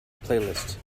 playlist